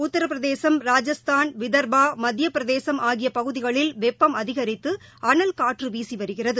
உத்திரபிரதேசம் ராஜஸ்தான் வித்பா மத்தியபிரதேசம் ஆகியபகுதிகளில் வெய்பம் அதிகித்து அனல்காற்றுவீசிவருகிறது